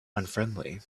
unfriendly